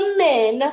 men